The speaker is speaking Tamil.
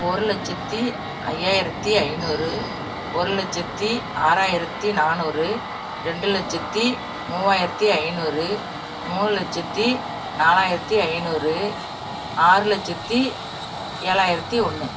ஒரு லட்சத்தி ஐயாயிரத்தி ஐநூறு ஒரு லட்சத்தி ஆறாயிரத்தி நானூறு ரெண்டு லட்சத்தி மூவாயிரத்தி ஐநூறு மூணு லட்சத்தி நாலாயிரத்தி ஐநூறு ஆறு லட்சத்தி ஏழாயிரத்தி ஒன்று